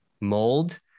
mold